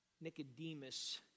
Nicodemus